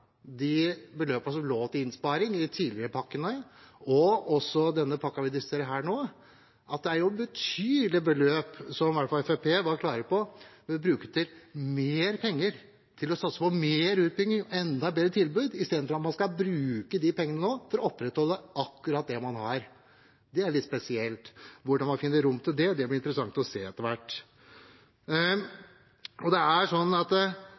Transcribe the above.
de beløpene for innsparing som forelå i de tidligere pakkene og i den pakken vi diskuterer her og nå. Dette er betydelige beløp, som, som i hvert fall Fremskrittspartiet har vært klar på, kan brukes til å satse på mer utbygging og et enda bedre tilbud, i stedet for å bruke de pengene nå til å opprettholde akkurat det man har. Det er litt spesielt. Hvordan man finner rom til det, blir det interessant å se etter hvert. Man snakker om å bruke Minipris som eksempel på at